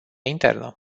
internă